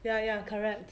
ya ya correct